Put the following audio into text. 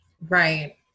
Right